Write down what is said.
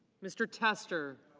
mr. tessler.